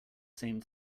same